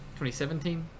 2017